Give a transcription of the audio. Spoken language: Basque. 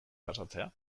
pasatzea